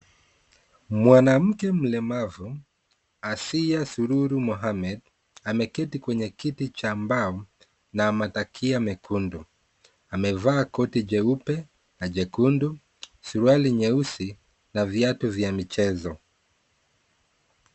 Mwanamke mlemavu, Asia Sururu Mohammed ameketi kwenye kiti cha mbao na madakia mekundu amevaa koti jeupe na jekundu, suruali nyeusi na viatu vya michezo.